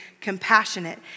compassionate